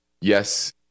yes